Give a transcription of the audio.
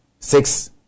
Six